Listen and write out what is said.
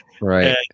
Right